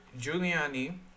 Giuliani